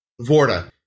Vorta